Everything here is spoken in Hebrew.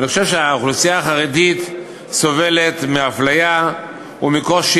אני חושב שהאוכלוסייה החרדית סובלת מאפליה ומקושי